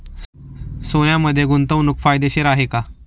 सोन्यामध्ये गुंतवणूक फायदेशीर आहे का?